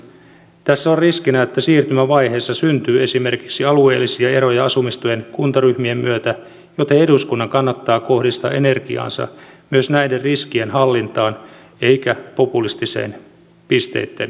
tässä on riskinä että siirtymävaiheessa syntyy esimerkiksi alueellisia eroja asumistuen kuntaryhmien myötä joten eduskunnan kannattaa kohdistaa energiaansa myös näiden riskien hallintaan eikä populistiseen pisteitten